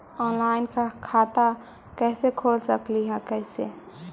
Online खाता कैसे खोल सकली हे कैसे?